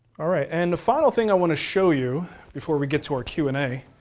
all right, and the final thing i want to show you before we get to our q and a,